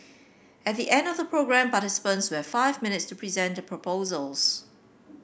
at the end of the programme participants will have five minutes to present the proposals